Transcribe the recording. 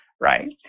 Right